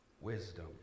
wisdom